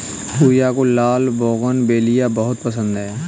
पूजा को लाल बोगनवेलिया बहुत पसंद है